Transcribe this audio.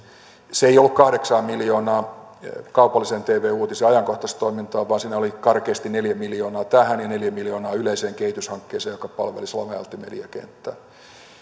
se ei ollut kahdeksaa miljoonaa kaupallisen tvn uutis ja ajankohtaistoimintaan vaan siinä oli karkeasti neljä miljoonaa tähän ja neljä miljoonaa yleiseen kehityshankkeeseen joka palvelisi lavealti mediakenttää